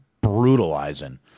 brutalizing